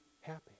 happy